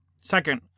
Second